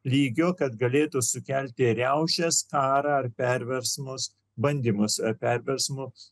lygio kad galėtų sukelti riaušes karą ar perversmus bandymus ar perversmus